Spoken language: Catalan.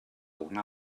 una